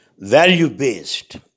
value-based